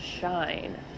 shine